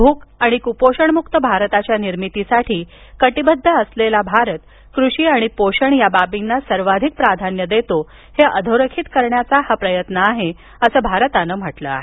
भूक आणि कुपोषणमुक्त भारताच्या निर्मितीसाठी कटिबद्ध असलेला भारत कृषी आणि पोषण या बाबींना सर्वाधिक प्राधान्य देतो हे अधोरेखित करण्याचा हा प्रयत्न आहे असं भारतानं म्हटलं आहे